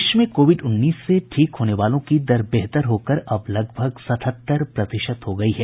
देश में कोविड उन्नीस से ठीक होने वालों की दर बेहतर होकर अब लगभग सतहत्तर प्रतिशत हो गई है